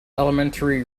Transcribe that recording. elementary